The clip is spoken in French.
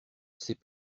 ces